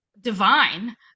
divine